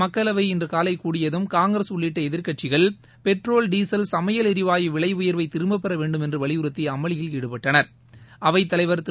மக்களவை இன்றுகாலைகூடியதும் காங்கிரஸ் உள்ளிட்டளதிர்க்கட்சிகள் பெட்ரோல் டீசல் சமையல் ளரிவாயு விலையர்வைதிரும்பப்பெறவேண்டுமென்றுவலியுறுத்திஅமளியில் ஈடுபட்டனா்